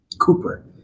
Cooper